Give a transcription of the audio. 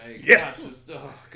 Yes